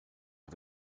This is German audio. auf